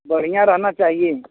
बढ़िया रहना चाहिए